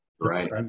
Right